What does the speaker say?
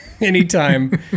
Anytime